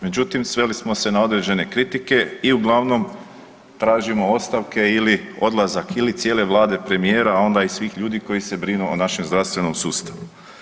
Međutim, sveli smo se na određene kritike i uglavnom tražimo ostavke ili odlazak ili cijele Vlade, premijera a onda i svih ljudi koji se brinu o našem zdravstvenom sustavu.